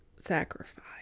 sacrifice